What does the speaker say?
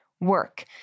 work